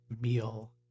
meal